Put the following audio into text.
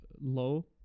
low